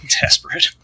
Desperate